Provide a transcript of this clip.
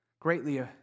Greatly